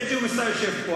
ג'ומס, אתה יושב פה.